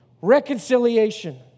reconciliation